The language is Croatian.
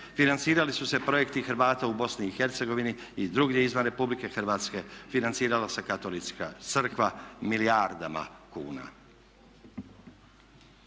Financirali su se projekti hrvata u Bosni i Hercegovini i drugdje izvan RH, financiralo se Katolička crkva milijardama kuna.